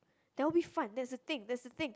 that would be fun that is a thing that is a thing